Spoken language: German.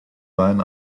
wein